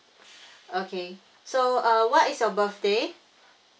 okay so uh what is your birthday